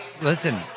Listen